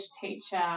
teacher